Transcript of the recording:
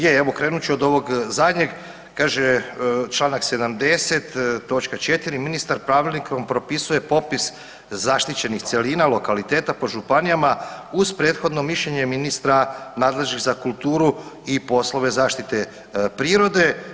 Je evo krenut ću od ovog zadnjeg, kaže Članak 70. točka 4. ministar pravilnikom propisuje popis zaštićenih cjelina, lokaliteta po županijama uz prethodno mišljenje ministra nadležnih za kulturu i poslove zaštite prirode.